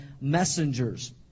messengers